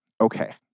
Okay